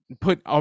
put